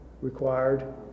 required